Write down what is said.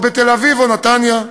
בתל-אביב או בנתניה.